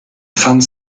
pfand